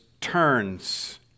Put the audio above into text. turns